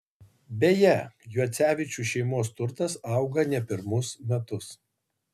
beje juocevičių šeimos turtas auga ne pirmus metus